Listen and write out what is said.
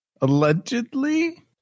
Allegedly